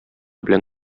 белән